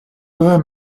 were